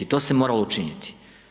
To se moralo učiniti.